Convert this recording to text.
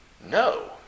No